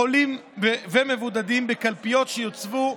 חולים ומבודדים, בקלפיות שיוצבו.